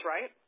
right